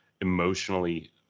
emotionally